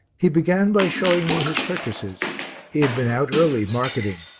he began by showing me his purchases he had been out early, marketing,